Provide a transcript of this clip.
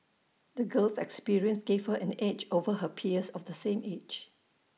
the girl's experiences gave her an edge over her peers of the same age